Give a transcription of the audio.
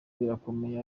birakomeye